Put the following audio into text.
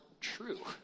true